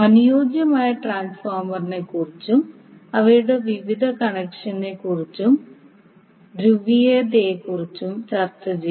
അനുയോജ്യമായ ട്രാൻസ്ഫോർമറിനെക്കുറിച്ചും അവയുടെ വിവിധ കണക്ഷനുകളെക്കുറിച്ചും ധ്രുവീയതയെക്കുറിച്ചും ചർച്ച ചെയ്തു